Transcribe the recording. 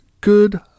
Good